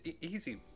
easy